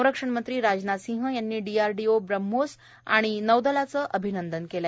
संरक्षणमंत्री राजनाथ सिंह यांनी डीआरडीओ ब्रम्होस आणि नौदलाचं अभिनंदन केलं आहे